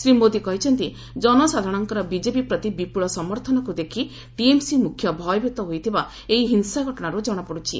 ଶ୍ରୀ ମୋଦି କହିଛନ୍ତି ଜନସାଧାରଣଙ୍କର ବିଜେପି ପ୍ରତି ବିପୁଳ ସମର୍ଥନକୁ ଦେଖି ଟିଏମ୍ସି ମୁଖ୍ୟ ଭୟଭୀତ ହୋଇଥିବା ଏହି ହିଂସା ଘଟଣାରୁ ଜଣାପଡ଼ୁଛି